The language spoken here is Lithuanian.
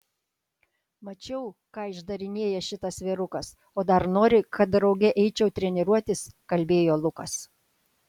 mačiau ką išdarinėja šitas vyrukas o dar nori kad drauge eičiau treniruotis kalbėjo lukas